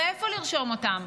איפה לרשום אותם?